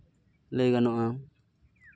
ᱞᱟᱹᱭ ᱜᱟᱱᱚᱜᱼᱟ